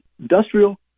industrial